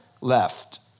left